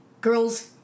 girls